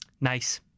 Nice